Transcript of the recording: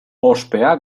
ospea